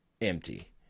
empty